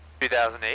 2008